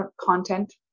content